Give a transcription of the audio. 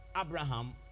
Abraham